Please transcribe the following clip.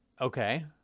Okay